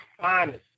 finest